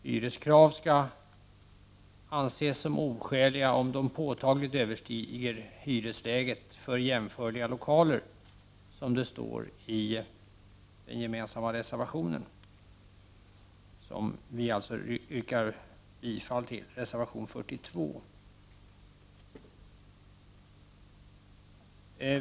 Hyreskrav skall anses som oskäliga om det påtagligt överstiger hyresläget för jämförliga lokaler, som det står i den gemensamma reservationen, nr 42, som vi alltså yrkar bifall till.